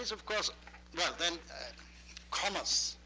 of course well, then then commerce.